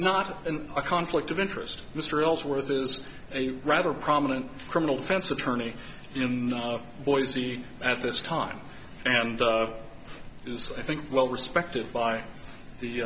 not in a conflict of interest mr ellsworth is a rather prominent criminal defense attorney in the boise at this time and i think well respected by the